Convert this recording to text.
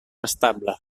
estable